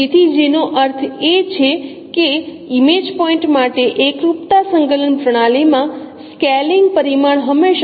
તેથી જેનો અર્થ છે કે ઇમેજ પોઇન્ટ માટે એકરૂપતા સંકલન પ્રતિનિધિત્વમાં સ્કેલિંગ પરિમાણ હંમેશા 0 ની બરાબર હોવું જોઈએ